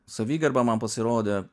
savigarba man pasirodė